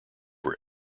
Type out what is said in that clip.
were